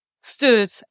stood